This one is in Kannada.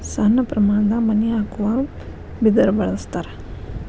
ಸಣ್ಣ ಪ್ರಮಾಣದಾಗ ಮನಿ ಹಾಕುವಾಗ ಬಿದರ ಬಳಸ್ತಾರ